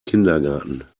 kindergarten